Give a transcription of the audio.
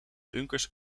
bunkers